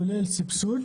כולל סבסוד